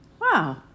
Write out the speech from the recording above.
Wow